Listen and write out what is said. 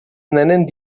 nennen